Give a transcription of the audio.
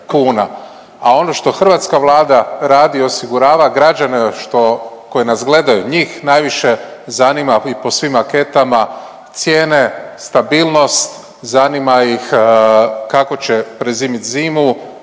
A ono što hrvatska Vlada radi osigurava građane koji nas gledaju njih najviše zanima i po svim anketama cijene, stabilnost, zanima ih kako će prezimiti zimu,